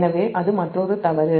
எனவே அது மற்றொரு தவறு